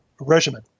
regimen